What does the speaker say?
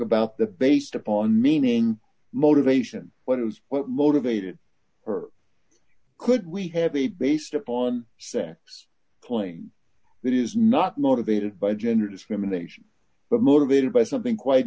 about that based upon meaning motivation what is well motivated or could we have it based upon sex claim that is not motivated by gender discrimination but motivated by something quite